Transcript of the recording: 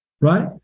right